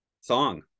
Song